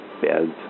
beds